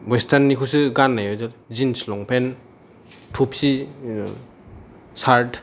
वेस्टारननि खौसो गानो जीन्स लं फेन थफि सार्थ